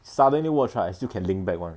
suddenly watch right I still can link back [one]